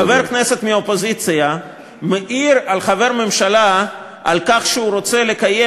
חבר כנסת מהאופוזיציה מעיר לחבר הממשלה על כך שהוא רוצה לקיים